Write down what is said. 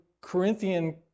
Corinthian